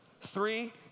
Three